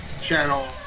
channel